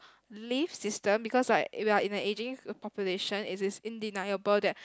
leave system because right we are in a ageing population it is indeniable that